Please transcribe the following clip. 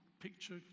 picture